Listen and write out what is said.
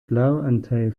blauanteil